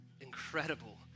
incredible